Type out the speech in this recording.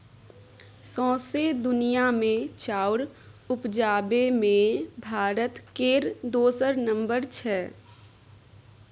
सौंसे दुनिया मे चाउर उपजाबे मे भारत केर दोसर नम्बर छै